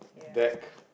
back